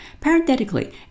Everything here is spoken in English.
Parenthetically